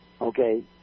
Okay